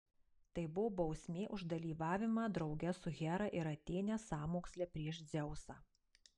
tai buvo bausmė už dalyvavimą drauge su hera ir atėne sąmoksle prieš dzeusą